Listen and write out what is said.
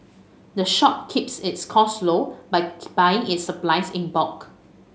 the shop keeps its costs low by buying its supplies in bulk